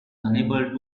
unable